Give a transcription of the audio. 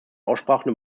aussprachen